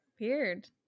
Weird